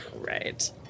right